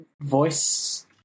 voice